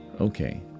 okay